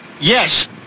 Yes